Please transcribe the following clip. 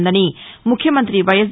ఉందని ముఖ్యమంతి వైఎస్